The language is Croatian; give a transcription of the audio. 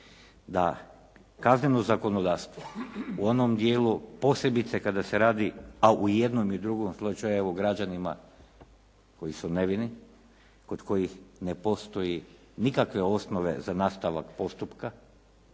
da kazneno zakonodavstvo u onom dijelu, posebice kada se radi, a u jednom i drugom slučaju o građanima koji su nevini, kod kojih ne postoji nikakve osnove za nastavak postupka